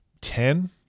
ten